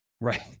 Right